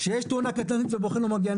אין מצב שיש תאונה קטלנית ובוחן לא מגיע,